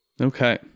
Okay